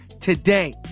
today